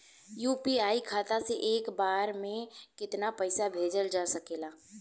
UPI खाता से एक बार म केतना पईसा भेजल जा सकेला?